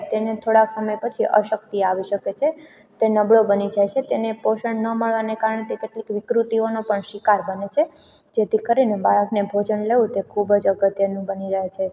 તેને થોડાક સમય પછી અશક્તિ આવી શકે છે તે નબળો બની જાય છે તેને પોષણ ન મળવાને કારણે તે કેટલીક વિકૃતિઓનો પણ શિકાર બને છે જેથી કરીને બાળકને ભોજન લેવું તે ખૂબજ અગત્યનું બની રહે છે